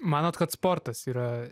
manot kad sportas yra